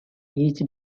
each